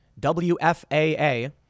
WFAA